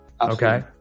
Okay